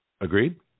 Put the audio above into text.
Agreed